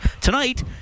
Tonight